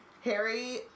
Harry